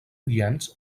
llenç